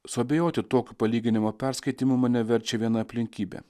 suabejoti tokiu palyginimo perskaitimu mane verčia viena aplinkybė